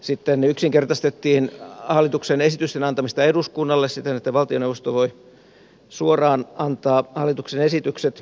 sitten yksinkertaistettiin hallituksen esitysten antamista eduskunnalle siten että valtioneuvosto voi suoraan antaa hallituksen esitykset